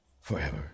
forever